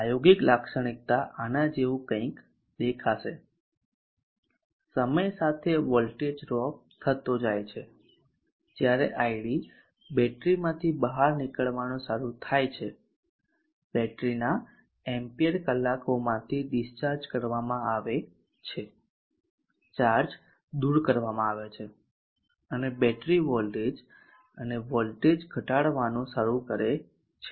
પ્રાયોગિક લાક્ષણિકતા આના જેવું કંઈક દેખાશે સમય સાથે વોલ્ટેજ ડ્રોપ થતો જાય છે જ્યારે id બેટરીમાંથી બહાર નીકળવાનું શરૂ થાય છે બેટરીના એમ્પીયર કલાકોમાંથી ડિસ્ચાર્જ કરવામાં આવે છે ચાર્જ દૂર કરવામાં આવે છે અને બેટરી વોલ્ટેજ અને વોલ્ટેજ ઘટવાનું શરૂ કરે છે